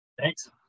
thanks